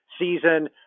season –